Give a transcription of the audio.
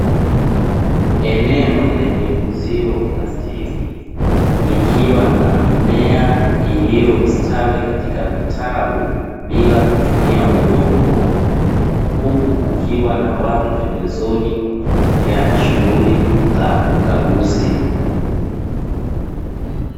Eneo lenye uzio wa plastiki likiwa na mimea iliyostawi katika vitalu bila kutumia udongo huku kukiwa na watu pembezoni wakiendelea na shughuli za ukaguzi.